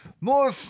More